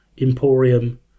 emporium